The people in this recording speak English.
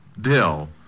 Dill